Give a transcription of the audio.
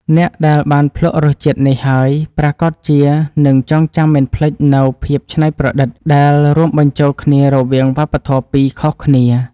អ្នកដែលបានភ្លក់រសជាតិនេះហើយប្រាកដជានឹងចងចាំមិនភ្លេចនូវភាពច្នៃប្រឌិតដែលរួមបញ្ចូលគ្នារវាងវប្បធម៌ពីរខុសគ្នា។